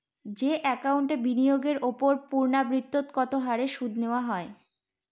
যে একাউন্টে বিনিয়োগের ওপর পূর্ণ্যাবৃত্তৎকত হারে সুদ দেওয়া হয়